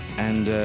and,